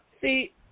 See